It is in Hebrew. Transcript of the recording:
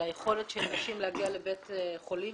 על היכולת של נשים להגיע לבית חולים